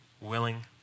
willing